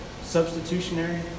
Substitutionary